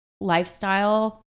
lifestyle